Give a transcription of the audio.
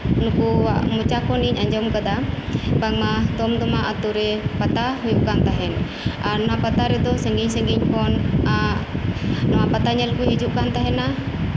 ᱱᱩᱠᱩᱣᱟᱜ ᱢᱚᱪᱟ ᱠᱷᱚᱱ ᱤᱧ ᱟᱸᱡᱚᱢ ᱠᱟᱫᱟ ᱵᱟᱝᱢᱟ ᱫᱚᱢᱫᱚᱢᱟ ᱟᱛᱳᱨᱮ ᱯᱟᱛᱟ ᱦᱩᱭᱩᱜ ᱠᱟᱱ ᱛᱟᱦᱮᱱ ᱚᱱᱟ ᱯᱟᱛᱟ ᱨᱮᱫᱚ ᱥᱟᱺᱜᱤᱧ ᱥᱟᱺᱜᱤᱧ ᱠᱷᱚᱱ ᱱᱚᱣᱟ ᱯᱟᱛᱟ ᱧᱮᱞ ᱠᱚ ᱦᱤᱡᱩᱜ ᱠᱟᱱ ᱛᱟᱦᱮᱱᱟ